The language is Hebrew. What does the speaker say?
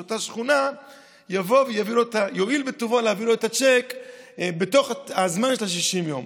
אותה שכונה יבוא ויואיל בטובו להביא לו את הצ'ק בתוך הזמן של ה-60 יום.